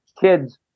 kids